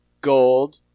Gold